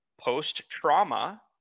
Post-trauma